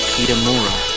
Kitamura